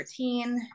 13